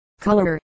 color